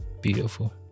Beautiful